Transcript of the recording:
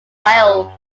wales